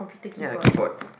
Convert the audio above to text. ya keyboard